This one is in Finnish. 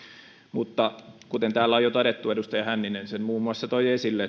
mutta kuten täällä on jo todettu edustaja hänninen sen muun muassa toi esille